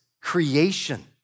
creation